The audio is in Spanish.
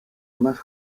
más